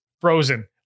frozen